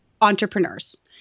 entrepreneurs